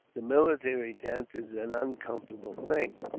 the military tent is an uncomfortable thing,